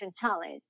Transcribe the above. challenge